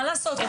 מה לעשות?